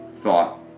thought